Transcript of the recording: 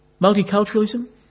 multiculturalism